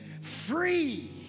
free